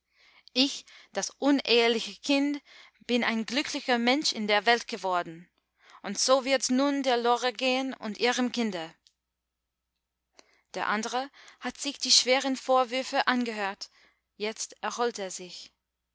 ich das uneheliche kind bin ein glücklicher mensch in der welt geworden und so wird's nun der lore gehen und ihrem kinde der andre hat sich die schweren vorwürfe angehört jetzt erholt er sich